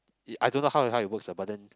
I don't know how how it works lah but then